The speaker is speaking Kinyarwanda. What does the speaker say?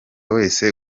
wese